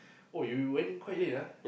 oh you went in quite late ah